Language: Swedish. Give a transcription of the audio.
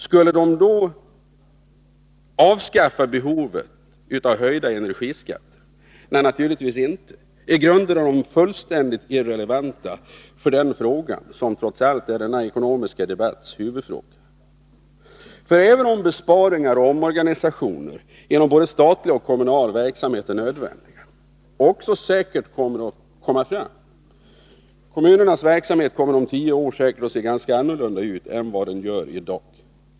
Skulle de då avskaffa behovet att höja energiskatterna? Nej, naturligtvis inte. I grunden är de fullständigt irrelevanta för den fråga som trots allt är denna ekonomiska debatts huvudfråga, även om besparingar och omorganisationer inom bäde statlig och kommunal verksamhet är nödvän Nr 165 diga— och också säkert kommer att ske. Kommunernas verksamhet om tio år a 8 FRA ; ne Fredagen den kommer sannolikt att se ut på ett annat sätt än i dag.